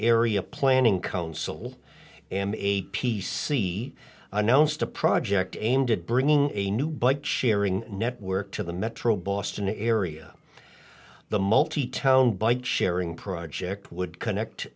area planning council and a p c announced a project aimed at bringing a new bike sharing network to the metro boston area the multi town bike sharing project would connect